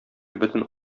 бөтен